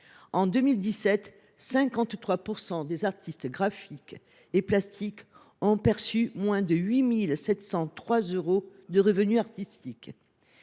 En 2017, 53 % des artistes graphiques et plastiques ont perçu moins de 8 703 euros de revenus artistiques.